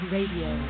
Radio